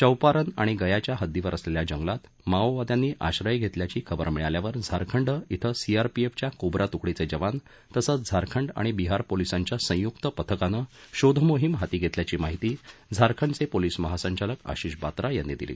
चौपारन आणि गयाच्या हद्दीवर असलेल्या जंगलात माओवाद्यांनी आश्रय घेतल्याची खबर मिळाल्यावर झारखंड िने सीआरपीएफच्या कोब्रा तुकडीचे जवान तसंच झारखंड आणि बिहार पोलिसांच्या संयुक्त पथकानं शोधमोहिम हाती घेतल्याची माहिती झारखंडचे पोलिस महासंचालक आशिष बात्रा यांनी दिली